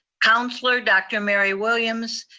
counselor, dr. mary william,